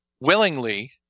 willingly